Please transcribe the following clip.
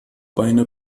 beine